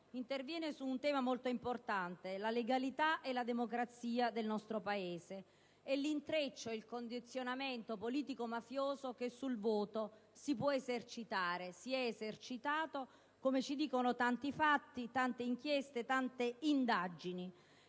interviene su un tema molto importante: la legalità e la democrazia del nostro Paese e l'intreccio e il condizionamento politico-mafioso che sul voto si può esercitare e si è esercitato, come ci dicono tanti fatti, tante inchieste e tante indagini.